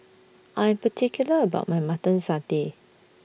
I'm particular about My Mutton Satay